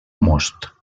most